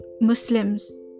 muslims